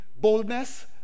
boldness